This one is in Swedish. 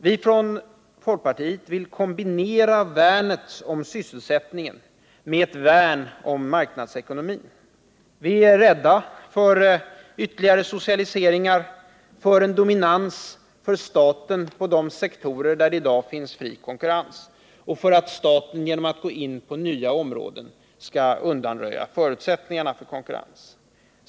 Vi från folkpartiet vill kombinera värnet om sysselsättningen med ett värn om marknadsekonomin. Vi är rädda för ytterligare socialiseringar, för en dominans för staten på de sektorer där det i dag finns fri konkurrens och för att staten — genom att gå in på nya områden — skall undanröja förutsättningarna för konkurrens.